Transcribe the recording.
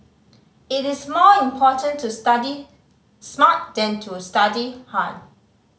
it is more important to study smart than to study hard